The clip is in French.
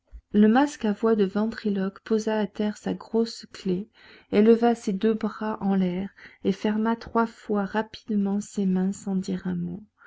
le masque à voix de ventriloque posa à terre sa grosse clef éleva ses deux bras en l'air et ferma trois fois rapidement ses mains sans dire un mot